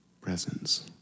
Presence